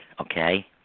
Okay